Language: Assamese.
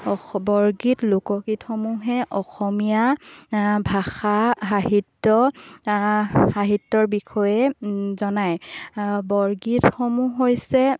বৰগীত লোকগীতসমূহে অসমীয়া ভাষা সাহিত্য সাহিত্যৰ বিষয়ে জনায় বৰগীতসমূহ হৈছে